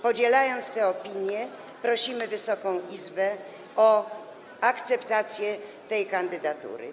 Podzielając tę opinię, prosimy Wysoką Izbę o akceptację tej kandydatury.